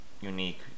unique